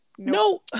no